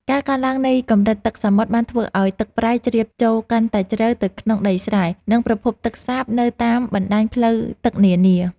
ការកើនឡើងនៃកម្រិតទឹកសមុទ្របានធ្វើឱ្យទឹកប្រៃជ្រាបចូលកាន់តែជ្រៅទៅក្នុងដីស្រែ និងប្រភពទឹកសាបនៅតាមបណ្ដាញផ្លូវទឹកនានា។